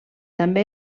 també